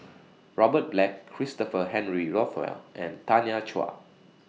Robert Black Christopher Henry Rothwell and Tanya Chua